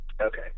Okay